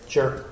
Sure